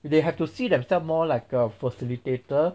they have to see themselves more like a facilitator